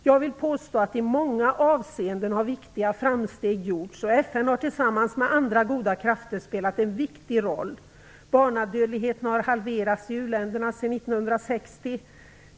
Jag vill påstå att i många avseenden har viktiga framsteg gjorts, och FN har tillsammans med andra goda krafter spelat en viktig roll. Barnadödligheten har halverats i uländerna sedan 1960.